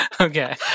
okay